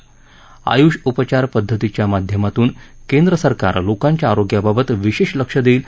ी य्ष उपचार पद्धतीच्या माध्यमातून केंद्र सरकार लोकांच्या ी रोग्याबाबत विशेष लक्ष देईल